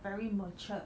very matured